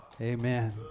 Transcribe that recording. Amen